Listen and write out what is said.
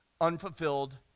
unfulfilled